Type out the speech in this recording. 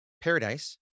Paradise